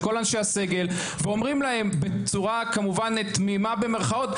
של כל אנשי הסגל ואומרים להם בצורה תמימה במירכאות,